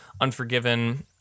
Unforgiven